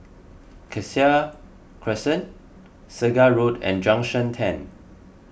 Cassia Crescent Segar Road and Junction ten